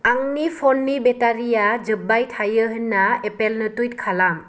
आंनि फननि बेटारिया जोब्बाय थायो होन्ना एपेलनो टुइट खालाम